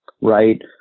right